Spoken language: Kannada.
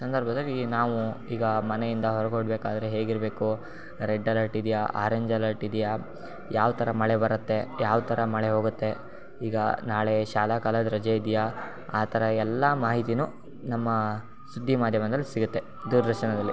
ಸಂದರ್ಭದಲ್ಲಿ ನಾವು ಈಗ ಮನೆಯಿಂದ ಹೊರಗೆ ಹೊರಡ್ಬೇಕಾದ್ರೆ ಹೇಗಿರಬೇಕು ರೆಡ್ ಅಲರ್ಟ್ ಇದೆಯಾ ಆರೆಂಜ್ ಅಲರ್ಟ್ ಇದೆಯಾ ಯಾವ ಥರ ಮಳೆ ಬರುತ್ತೆ ಯಾವ ಥರ ಮಳೆ ಹೋಗುತ್ತೆ ಈಗ ನಾಳೆ ಶಾಲಾ ಕಾಲೇಜ್ ರಜೆ ಇದೆಯಾ ಆ ಥರ ಎಲ್ಲ ಮಾಹಿತಿಯೂ ನಮ್ಮ ಸುದ್ದಿ ಮಾಧ್ಯಮದಲ್ಲಿ ಸಿಗುತ್ತೆ ದೂರದರ್ಶನದಲ್ಲಿ